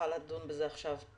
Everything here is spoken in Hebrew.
לא נוכל לדון בזה עכשיו.